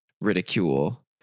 ridicule